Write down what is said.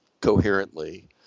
coherently